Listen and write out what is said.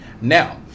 Now